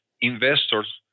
investors